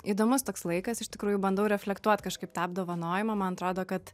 įdomus toks laikas iš tikrųjų bandau reflektuot kažkaip tą apdovanojimą man atrodo kad